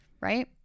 Right